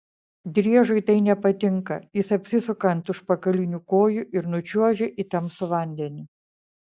driežui tai nepatinka jis apsisuka ant užpakalinių kojų ir nučiuožia į tamsų vandenį